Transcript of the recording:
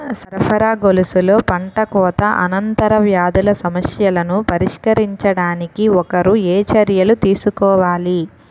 సరఫరా గొలుసులో పంటకోత అనంతర వ్యాధుల సమస్యలను పరిష్కరించడానికి ఒకరు ఏ చర్యలు తీసుకోవాలి?